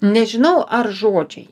nežinau ar žodžiai